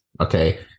Okay